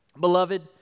Beloved